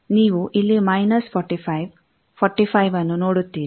ನೀವು ಇಲ್ಲಿ ಮೈನಸ್45 45 ನ್ನು ನೋಡುತ್ತೀರಿ